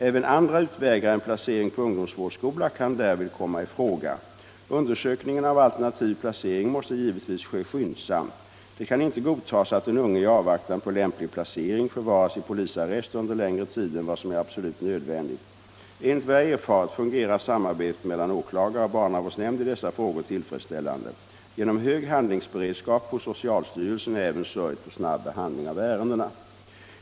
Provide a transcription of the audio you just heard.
Även andra utvägar än placering på ungdomsvårdsskola kan därvid komma i fråga. Undersökningen av alternativ placering måste givetvis ske skyndsamt. Det kan inte godtas att den unge i avvaktan på lämplig placering förvaras i polisarrest under längre tid än vad som är absolut nödvändigt. Enligt vad jag har erfarit fungerar samarbetet mellan åklagare och barnavårdsnämnd i dessa frågor tillfredsställande. Genom hög handlingsberedskap hos socialstyrelsen är även sörjt för snabb behandling av ärendena.